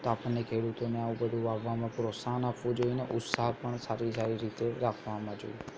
તો આપણને ખેડૂતોને આ બધું વાવવામાં પ્રોત્સાહન આપવું જોઈએ અને ઉત્સાહ પણ સારી સારી રીતે રાખવામાં જોઈએ